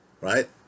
right